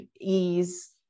ease